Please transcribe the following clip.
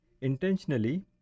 Intentionally